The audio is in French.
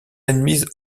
admise